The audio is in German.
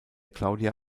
claudia